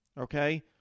Okay